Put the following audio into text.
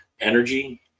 energy